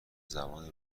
زبان